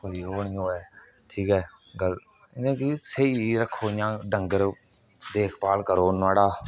कोई ओह् नेईं होऐ ठीक ऐ गल इयां कि स्हेई रक्खो इ'यां डंगर देखभाल करो नुआढ़ा